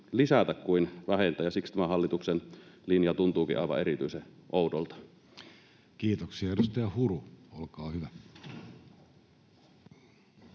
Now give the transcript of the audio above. kuin vähentää, ja siksi tämä hallituksen linja tuntuukin aivan erityisen oudolta. Kiitoksia. — Edustaja Huru, olkaa hyvä.